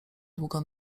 długo